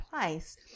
place